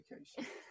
education